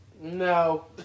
No